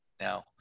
Now